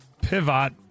Pivot